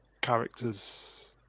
characters